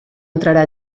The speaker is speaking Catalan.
entrarà